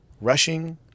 rushing